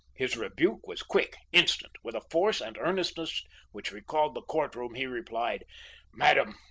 his rebuke was quick, instant. with a force and earnestness which recalled the court-room he replied madam,